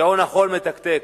שעון החול מתקתק.